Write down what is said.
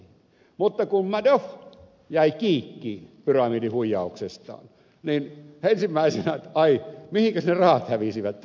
mutta kun madoff jäi kiikkiin pyramidihuijauksestaan niin ensimmäisenä kysyttiin ai mihinkäs ne rahat hävisivät